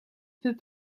peut